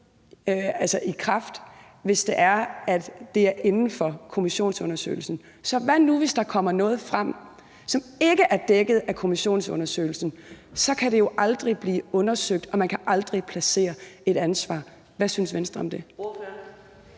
altså kun i kraft, hvis det er inden for kommissionsundersøgelsen. Så hvad nu, hvis der kommer noget frem, som ikke er dækket af kommissionsundersøgelsen? Så kan det jo aldrig blive undersøgt, og man kan aldrig placere et ansvar. Hvad synes Venstre om det?